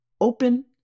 open